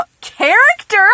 character